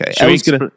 Okay